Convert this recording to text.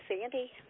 Sandy